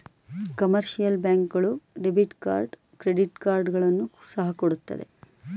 commercial bank ಗಳು debit card credit ಕಾರ್ಡ್ಗಳನ್ನು ಸಹ ಕೊಡುತ್ತೆ